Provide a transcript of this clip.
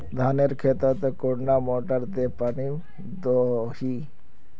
धानेर खेतोत कुंडा मोटर दे पानी दोही?